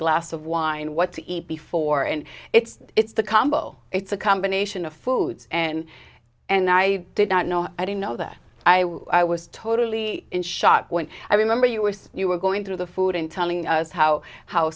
glass of wine what to eat before and it's it's the combo it's a combination of foods and and i did not know i don't know that i was totally in shock when i remember you were you were going through the food and telling us how how